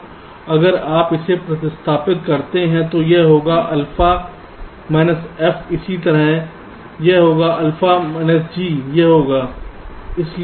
तो अगर आप इसे प्रतिस्थापित करते हैं तो यह होगा alpha F इसी तरह यह होगा और alpha G यह होगा